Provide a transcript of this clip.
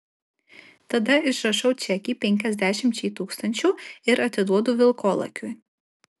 tada išrašau čekį penkiasdešimčiai tūkstančių ir atiduodu vilkolakiui